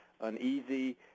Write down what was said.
uneasy